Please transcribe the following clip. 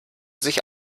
sich